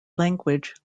language